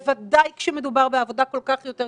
בוודאי כשמדובר בעבודה כל כך יותר קשה.